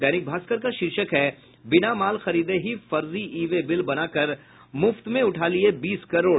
दैनिक भास्कर का शीर्षक है बिना माल खरीदें ही फर्जी ई वे बिल बनाकर मुफ्त में उठा लिये बीस करोड़